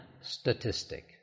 statistic